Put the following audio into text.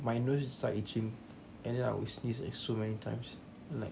my nose is start itching and then I would sneeze like so many times like